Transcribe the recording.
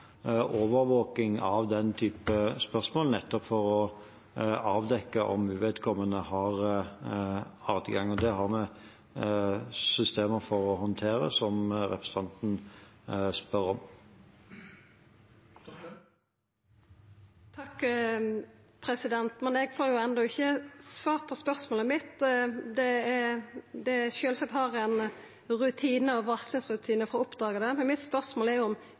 overvåking av den type problemstillinger, nettopp for å avdekke om uvedkommende har adgang. Det har vi systemer for å håndtere, som representanten spør om. Men eg har enno ikkje fått svar på spørsmålet mitt. Sjølvsagt har ein rutinar og varslingsrutinar for å oppdaga det, men spørsmålet mitt er om